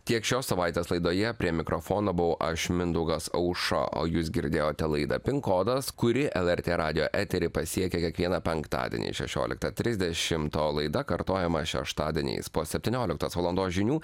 tiek šios savaitės laidoje prie mikrofono buvau aš mindaugas auša o jūs girdėjote laidą pin kodas kuri lrt radijo eterį pasiekia kiekvieną penktadienį šešioliktą trisdešimt o laida kartojama šeštadieniais po septynioliktos valandos žinių